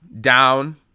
down